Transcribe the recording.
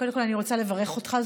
קודם כול אני רוצה לברך אותך,